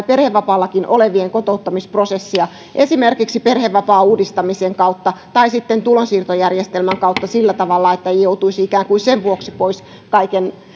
perhevapaallakin olevien kotouttamisprosessia esimerkiksi perhevapaan uudistamisen kautta tai sitten tulonsiirtojärjestelmän kautta sillä tavalla että ei joutuisi pois kaiken